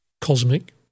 cosmic